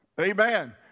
Amen